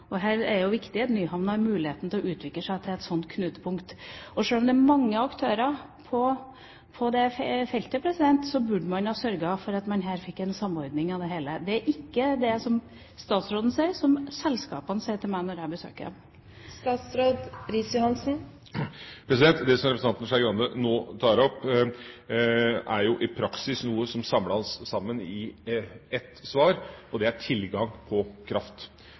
er viktig at Nyhavna får mulighet til å utvikle seg til et sånt knutepunkt. Og sjøl om det er mange aktører på det feltet, burde man ha sørget for at man her fikk en samordning av det hele. Det er ikke det som statsråden sier, som selskapene sier til meg når jeg besøker dem. Det som representanten Skei Grande nå tar opp, er i praksis noe som kan samles i ett svar: Det er tilgang på kraft.